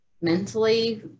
mentally